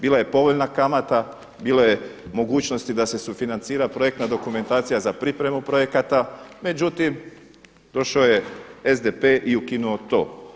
Bila je povoljna kamata, bilo je mogućnosti da se sufinancira projektna dokumentacija za pripremu projekata međutim došao je SDP i ukinuo to.